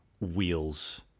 wheels